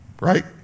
Right